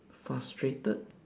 frustrated